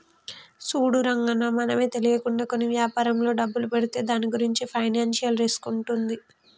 చూడు రంగన్న మనమే తెలియకుండా కొన్ని వ్యాపారంలో డబ్బులు పెడితే దాని గురించి ఫైనాన్షియల్ రిస్క్ ఉంటుంది